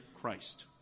Christ